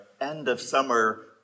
end-of-summer